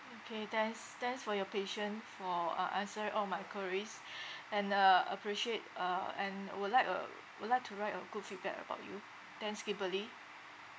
okay thanks thanks for your patience for uh answer all my queries and uh appreciate uh and would like uh would like to write a good feedback about you thanks kimberly